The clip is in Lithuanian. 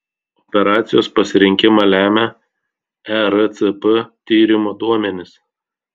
operacijos pasirinkimą lemia ercp tyrimo duomenys